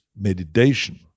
meditation